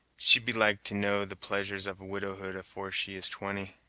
she'd be like to know the pleasures of widowhood afore she is twenty!